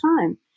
time